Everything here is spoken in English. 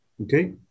Okay